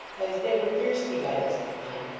as they were thirsty by this time,